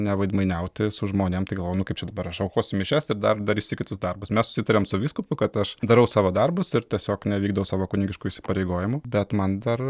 neveidmainiauti su žmonėm tai galvoju nu kaip čia dabar aš aukosiu mišias ir dar darysiu kitus darbus mes susitarėm su vyskupu kad aš darau savo darbus ir tiesiog nevykdau savo kunigiškų įsipareigojimų bet man dar